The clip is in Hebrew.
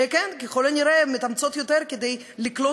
שככל הנראה מתאמצות יותר כדי לקלוט